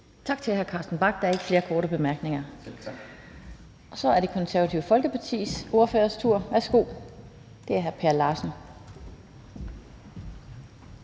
Tak til hr. Carsten Bach. Der er ikke flere korte bemærkninger. Så er det Det Konservative Folkepartis ordførers tur. Det er hr. Per Larsen.